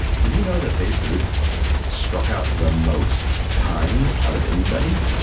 did you know that babe ruth struck out the most times out of anybody?